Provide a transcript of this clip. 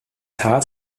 tat